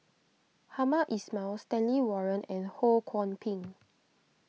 Hamed Ismail Stanley Warren and Ho Kwon Ping